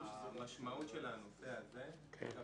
המשמעות של הנושא הזה אגב,